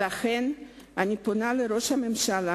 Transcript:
ולכן אני פונה לראש הממשלה,